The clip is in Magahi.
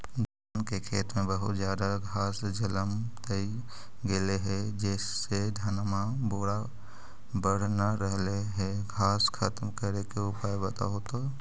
धान के खेत में बहुत ज्यादा घास जलमतइ गेले हे जेसे धनबा पुरा बढ़ न रहले हे घास खत्म करें के उपाय बताहु तो?